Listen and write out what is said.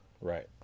Right